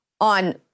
on